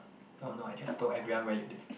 oh no I just told everyone where you live